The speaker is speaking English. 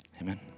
amen